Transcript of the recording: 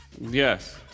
Yes